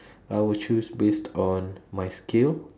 I will choose based on my skill